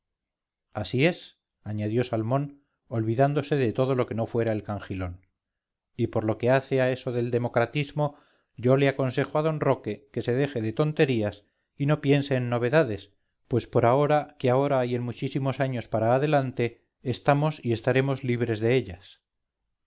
así es añadió salmón olvidándose de todo lo que no fuera el cangilón y por lo que hace a eso del democratismo yo le aconsejo a d roque que se deje de tonterías y no piense en novedades pues por ahora que ahora y en muchísimos años para adelante estamos y estaremos libres de ellas